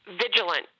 vigilant